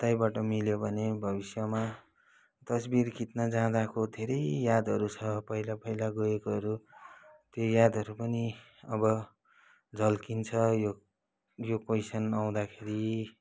कतैबाट मिल्यो भने भविष्यमा तस्बिर खिच्न जाँदाको धेरै यादहरू छ पहिला पहिला गएकोहरू त्यो यादहरू पनि अब झल्किन्छ यो यो क्वेसन आउँदाखेरि